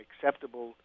acceptable